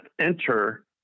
enter